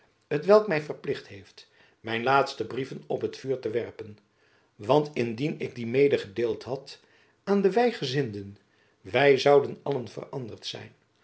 t welk my verplicht heeft mijn laatste brieven op het vuur te werpen want indien ik die medejacob van lennep elizabeth musch gedeeld had aan de weigezinden zy zouden allen veranderd zijn